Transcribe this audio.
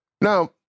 Now